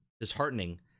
disheartening